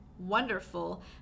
Wonderful